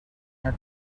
her